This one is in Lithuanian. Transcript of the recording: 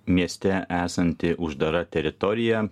mieste esanti uždara teritorija